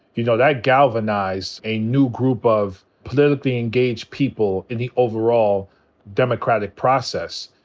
you know, that galvanized a new group of politically engaged people in the overall democratic process.